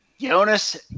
Jonas